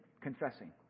confessing